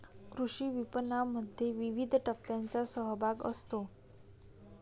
कृषी विपणनामध्ये विविध टप्प्यांचा सहभाग असतो